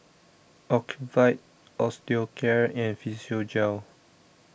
Ocuvite Osteocare and Physiogel